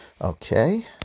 Okay